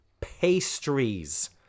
pastries